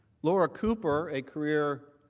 laura cooper, a career